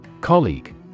Colleague